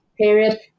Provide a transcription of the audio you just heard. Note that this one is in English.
period